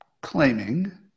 claiming